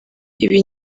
ibi